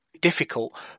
difficult